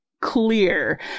clear